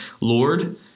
Lord